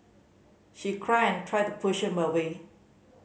she cried and tried to push him away